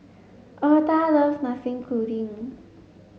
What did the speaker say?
Eartha loves Nasi Kuning